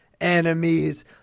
enemies